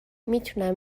میتونم